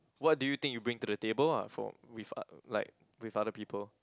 what do you think you bring to the table ah for with are like with other people